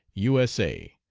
u s a,